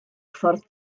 ffordd